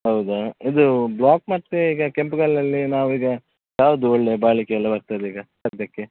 ಹೌದಾ ಇದು ಬ್ಲಾಕ್ ಮತ್ತು ಈಗ ಕೆಂಪು ಕಲ್ಲಲ್ಲಿ ನಾವು ಈಗ ಯಾವುದು ಒಳ್ಳೆಯ ಬಾಳಿಕೆ ಎಲ್ಲ ಬರ್ತದೀಗ ಸದ್ಯಕ್ಕೆ